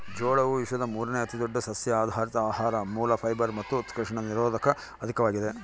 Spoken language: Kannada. ಜೋಳವು ವಿಶ್ವದ ಮೂರುನೇ ಅತಿದೊಡ್ಡ ಸಸ್ಯಆಧಾರಿತ ಆಹಾರ ಮೂಲ ಫೈಬರ್ ಮತ್ತು ಉತ್ಕರ್ಷಣ ನಿರೋಧಕ ಅಧಿಕವಾಗಿದೆ